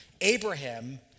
Abraham